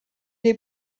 est